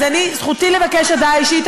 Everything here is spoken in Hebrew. אז אני, זכותי לבקש הודעה אישית.